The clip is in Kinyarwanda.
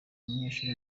umunyeshuri